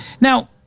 Now